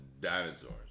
dinosaurs